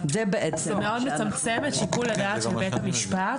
זה מאוד מצמצם את שיקול הדעת של בית המשפט.